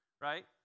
right